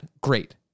great